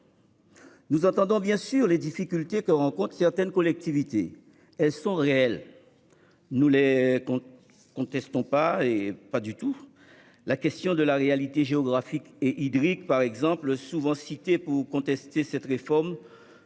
Nous entendons les difficultés que rencontrent certaines collectivités. Elles sont authentiques et nous ne les contestons pas. Pour autant, la question de la réalité géographique et hydrique, par exemple, qui est souvent citée pour contester cette réforme,